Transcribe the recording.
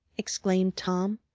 exclaimed tom.